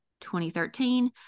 2013